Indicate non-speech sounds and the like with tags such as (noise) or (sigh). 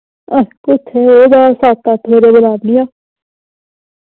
कुत्थे (unintelligible) सत्त अट्ठ बजे लान्नी आं